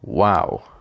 Wow